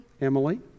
Emily